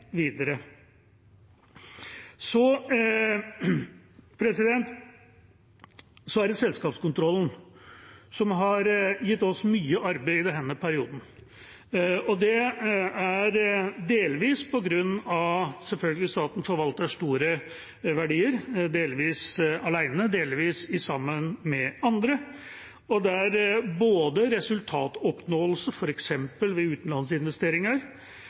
videre. Så er det selskapskontrollen, som har gitt oss mye arbeid i denne perioden. Det er selvfølgelig delvis på grunn av at staten forvalter store verdier, delvis alene og delvis sammen med andre, og at både resultatoppnåelse, f.eks. ved utenlandsinvesteringer,